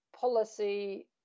policy